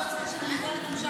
תנו את זה לחיילים שלנו.